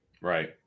Right